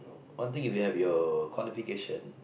one thing if you have your qualification